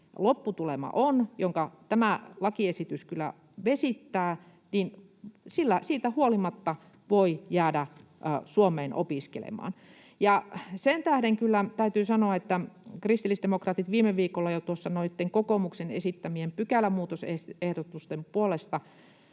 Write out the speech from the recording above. lopputulema on — jonka tämä lakiesitys kyllä vesittää — voi siitä huolimatta jäädä Suomeen opiskelemaan. Sen tähden kyllä täytyy sanoa, että kun me kristillisdemokraatit viime viikolla jo tuossa noitten kokoomuksen esittämien pykälämuutosehdotusten puolesta